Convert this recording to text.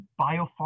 biopharma